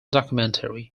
documentary